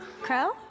Crow